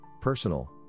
personal